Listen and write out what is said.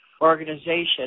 organization